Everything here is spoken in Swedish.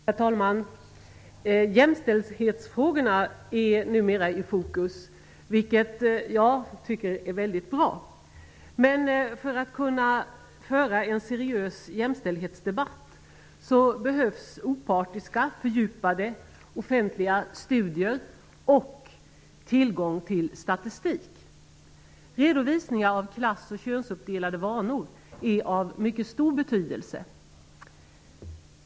Herr talman! Jämställdhetsfrågorna står numera i fokus, vilket jag tycker är bra. Men för att kunna föra en seriös jämställdhetsdebatt behövs opartiska, fördjupade offentliga studier och tillgång till statistik. Redovisningar av klass och könsuppdelade vanor är av mycket stor betydelse.